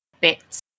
bits